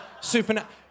supernatural